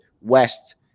west